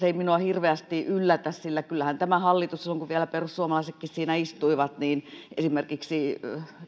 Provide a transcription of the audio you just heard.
ei minua hirveästi yllätä sillä kyllähän tämä hallitus silloin kun vielä perussuomalaisetkin siinä istuivat toimi esimerkiksi